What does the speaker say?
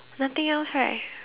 nothing else right